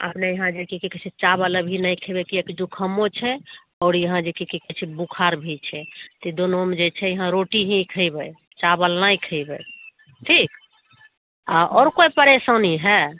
अपने यहाँ जे की कहै छै चावल अभी नहि खेबै किएकि अभी जुकामो छै आओर यहाँ जे की कहै छै बुखार भी छै तऽ ई दुनूमे जे छै अहाँ रोटी ही खैबै चावल नहि खैबै ठीक आ आओर कोइ परेशानी हइ